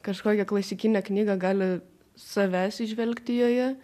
kažkokią klasikinę knygą gali savęs įžvelgti joje